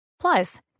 Plus